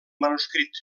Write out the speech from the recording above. manuscrit